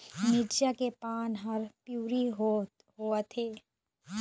मिरचा के पान हर पिवरी होवथे?